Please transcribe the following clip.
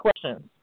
questions